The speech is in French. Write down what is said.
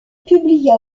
publia